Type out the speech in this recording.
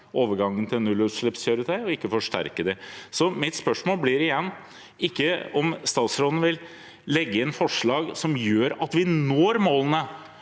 overgangen til nullutslippskjøretøy og ikke å forsterke den. Så mitt spørsmål blir igjen om ikke statsråden vil legge inn forslag som gjør at vi når målene,